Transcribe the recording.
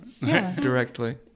directly